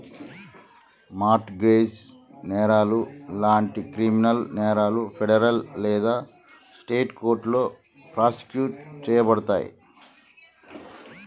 mart gauge నేరాలు లాంటి criminal నేరాలు ఫెడరల్ లేదా స్టేట్ కోర్టులో ప్రాసిక్యూట్ చేయబడతయి